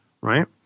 right